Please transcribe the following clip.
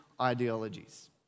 ideologies